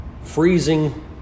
freezing